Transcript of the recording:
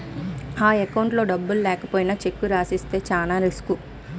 అకౌంట్లో డబ్బులు లేకపోయినా చెక్కు రాసి ఇస్తే చానా రిసుకు